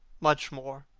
much more